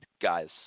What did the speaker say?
guys